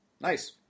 Nice